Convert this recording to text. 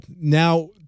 now